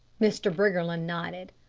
mr. briggerland nodded.